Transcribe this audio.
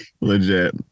legit